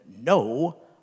no